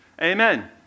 Amen